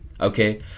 okay